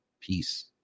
Peace